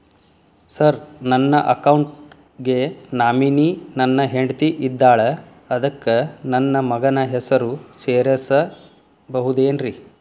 Sir ನನ್ನ account ಗೆ nominee ನನ್ನ ಹೆಂಡ್ತಿ ಇದ್ದಾಳ ಅದಕ್ಕ ನನ್ನ ಮಗನ ಹೆಸರು ಸೇರಸಬಹುದೇನ್ರಿ?